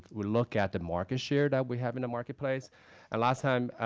we look at the market share that we have in the marketplace. and last time,